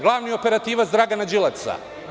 Glavni operativac Dragana Đilasa.